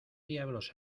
diablos